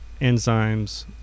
enzymes